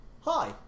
Hi